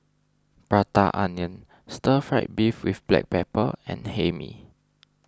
Prata Onion Stir Fried Beef with Black Pepper and Hae Mee